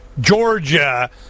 Georgia